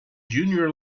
junior